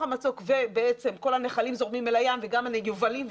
המצוק ובעצם כל הנחלים זורמים אל הים וגם היובלים,